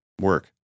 work